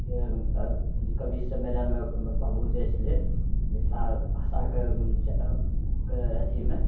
जे कवि सम्मेलनमे बाबू जाइ छलै मिथला भाषाके अथीमे